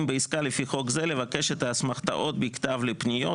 בעסקה לפי חוק זה לבקש את האסמכתאות בכתב לפניות,